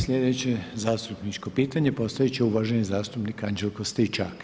Sljedeće zastupničko pitanje, postaviti će uvaženi zastupnik Anđelko Stričak.